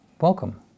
Welcome